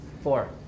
Four